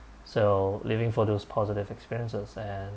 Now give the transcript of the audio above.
so living for those positive experiences and